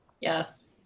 Yes